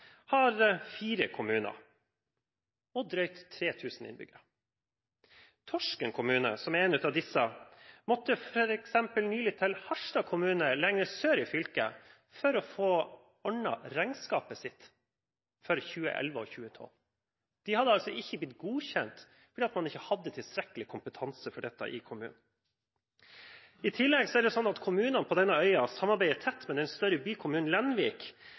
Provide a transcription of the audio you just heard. har fire kommuner og drøyt 3 000 innbyggere. Torsken kommune, som er en av disse, måtte nylig til Harstad kommune, lenger sør i fylket, for å få ordnet regnskapet sitt for 2011 og 2012. Det hadde ikke blitt godkjent fordi man ikke hadde tilstrekkelig kompetanse for dette i kommunen. I tillegg er det sånn at kommunene på denne øya samarbeider tett med den større bykommunen Lenvik